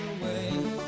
away